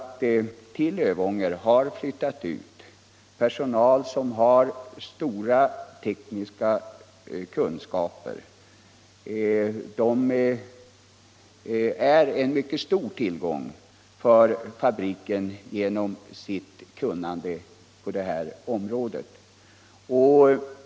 Till Lövånger har flyttat ut personal — ning i Lövånger, med stora tekniska kunskaper, och dessa människor är genom detta sitt — m.m. kunnande en mycket stor tillgång för fabriken.